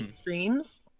streams